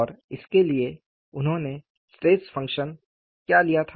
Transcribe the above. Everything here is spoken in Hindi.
और इसके लिए उन्होंने स्ट्रेस फंक्शन क्या लिया था